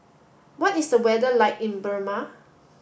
what is the weather like in Burma